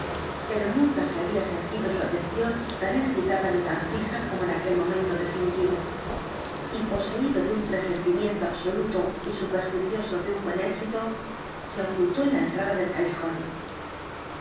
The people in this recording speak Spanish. pero nunca se había sentido su atención tan excitada ni tan fija como en aquel momento definitivo en busca del sr hyde y poseído de un presentimiento absoluto y supersticioso de un buen éxito se ocultó en la entrada del callejón